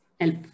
help